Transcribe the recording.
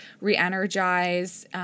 re-energize